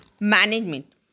management